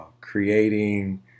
creating